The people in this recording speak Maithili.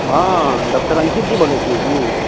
हँ डॉक्टर अङ्कित जी बोलैत छी की